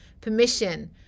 permission